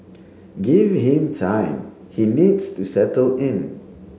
give him time he needs to settle in